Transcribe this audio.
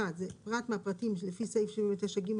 1. פרט מהפרטים לפי סעיף 79 ג',